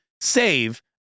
save